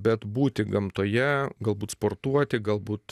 bet būti gamtoje galbūt sportuoti galbūt